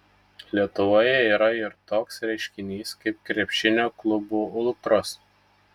lietuvoje yra ir toks reiškinys kaip krepšinio klubų ultros